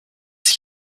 sich